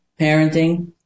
parenting